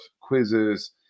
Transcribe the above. Quizzes